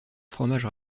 fromage